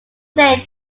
name